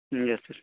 yes sir